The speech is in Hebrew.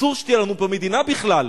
אסור שתהיה לנו פה מדינה בכלל,